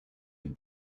and